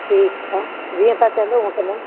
ठीकु आहे जीअं तव्हां चवंदव हुंअ कंदमि